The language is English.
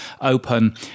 open